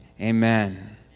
Amen